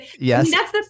Yes